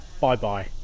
bye-bye